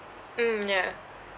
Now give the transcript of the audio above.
mm ya